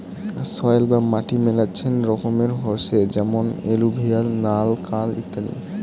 soil বা মাটি মেলাচ্ছেন রকমের হসে যেমন এলুভিয়াল, নাল, কাল ইত্যাদি